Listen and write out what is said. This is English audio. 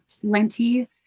plenty